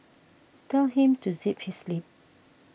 tell him to zip his lip